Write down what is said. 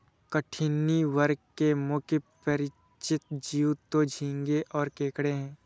कठिनी वर्ग के मुख्य परिचित जीव तो झींगें और केकड़े हैं